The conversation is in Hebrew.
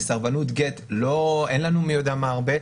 וסרבנות גט אין לנו הרבה.